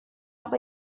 noch